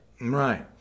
Right